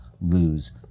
lose